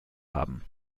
haben